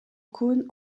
cône